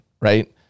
Right